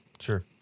Sure